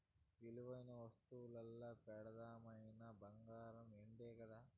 విలువైన వస్తువుల్ల పెదానమైనవి బంగారు, ఎండే కదా